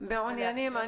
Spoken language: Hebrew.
יש